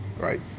Right